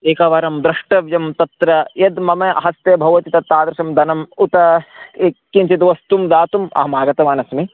एकवारं द्रष्टव्यं तत्र यद् मम हस्ते भवति तत् तादृशं धनम् उत यत् किञ्चित् वस्तुं दातुम् अहमागतवान् अस्मि